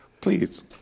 Please